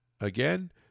Again